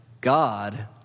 God